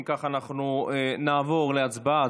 אם כך, אנחנו נעבור להצבעה.